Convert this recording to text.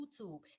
YouTube